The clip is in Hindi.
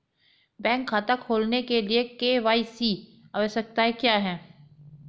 बैंक खाता खोलने के लिए के.वाई.सी आवश्यकताएं क्या हैं?